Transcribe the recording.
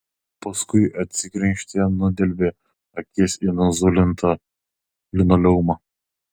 paskui atsikrenkštė nudelbė akis į nuzulintą linoleumą